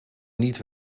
niet